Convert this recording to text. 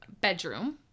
bedroom